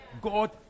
God